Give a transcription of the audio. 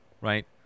right